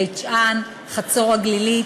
בית-שאן וחצור-הגלילית,